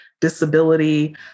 disability